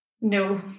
no